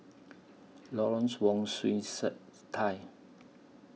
Lawrence Wong Shyun Third Tsai